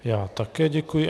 Já také děkuji.